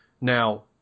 Now